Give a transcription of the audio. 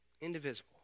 Indivisible